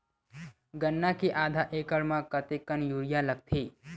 गन्ना के आधा एकड़ म कतेकन यूरिया लगथे?